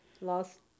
lost